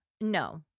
No